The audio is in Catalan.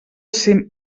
ser